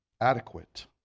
adequate